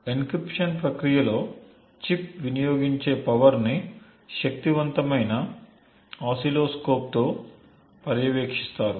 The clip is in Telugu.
ఎన్క్రిప్షన్ ప్రక్రియలో చిప్ వినియోగించే పవర్ని శక్తివంతమైన ఓసిల్లోస్కోప్తో పర్యవేక్షిస్తారు